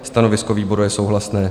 Stanovisko výboru je souhlasné.